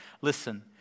Listen